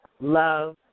love